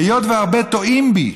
"היות והרבה טועים בי",